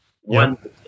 one